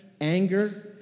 anger